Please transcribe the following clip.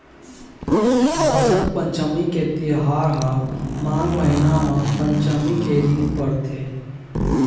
बसंत पंचमी के तिहार ह माघ महिना म पंचमी के दिन परथे